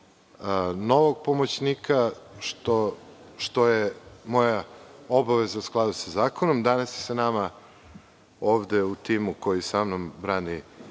novog pomoćnika, što je moja obaveza u skladu sa zakonom. Danas je sa nama ovde, u timu koji samnom brani